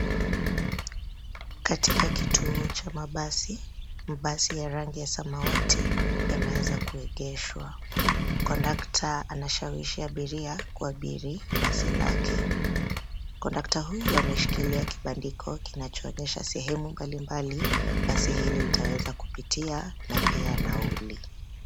Katika kituo cha mabasi, basi ya rangi ya samawati yameweza kuegeshwa. Kondakta anashawishi abiria kuabiri basi lake. Kondakta huyu ameshikilia kibandiko kinachoonyesha sehemu mbalimbali basi hili litaweza kupitia na pia nauli.